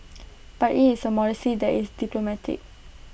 but IT is A modesty that is diplomatic